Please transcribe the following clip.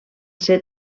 ser